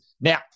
Now